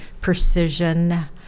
precision